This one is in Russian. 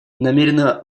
намерена